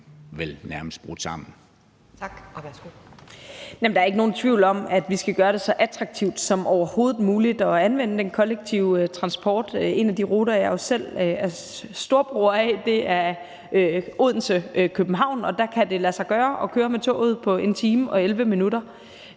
vel nærmest er brudt sammen.